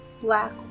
black